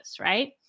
right